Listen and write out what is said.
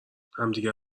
همدیگه